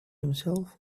himself